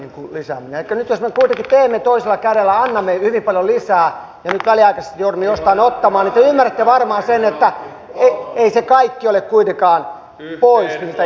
elikkä nyt jos me kuitenkin teemme toisella kädellä annamme hyvin paljon lisää ja nyt väliaikaisesti joudumme jostain ottamaan niin te ymmärrätte varmaan sen että ei se kaikki ole kuitenkaan pois niiltä ihmisiltä